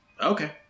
Okay